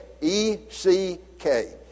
E-C-K